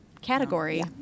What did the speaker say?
category